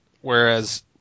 Whereas